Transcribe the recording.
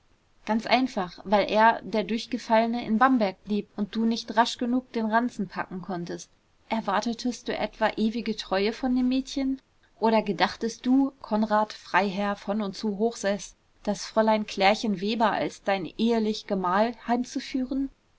ganz einfach weil er der durchgefallene in bamberg blieb und du nicht rasch genug den ranzen packen konntest erwartetest du etwa ewige treue von dem mädchen oder gedachtest du konrad freiherr von und zu hochseß das fräulein klärchen werber als dein ehelich gemahl heimzuführen